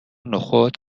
نخود